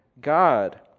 God